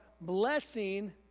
blessing